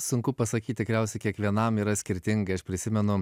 sunku pasakyt tikriausiai kiekvienam yra skirtingai aš prisimenu